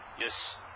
Yes